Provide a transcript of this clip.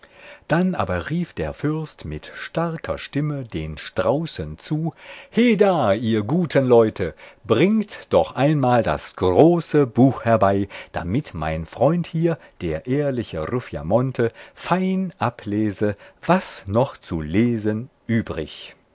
dann aber rief der fürst mit starker stimme den straußen zu heda ihr guten leute bringt doch einmal das große buch herbei damit mein freund hier der ehrliche ruffiamonte fein ablese was noch zu lesen übrig